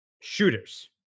shooters